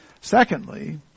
Secondly